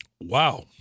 Wow